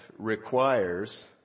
requires